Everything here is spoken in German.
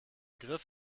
griff